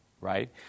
right